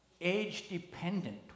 age-dependent